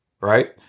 Right